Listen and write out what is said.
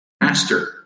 master